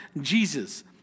Jesus